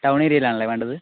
town ഏരിയയിലാണല്ലേ വേണ്ടത്